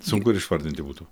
sunku ir išvardinti būtų